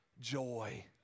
joy